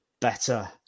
better